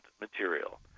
material